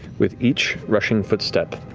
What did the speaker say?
with each rushing footstep,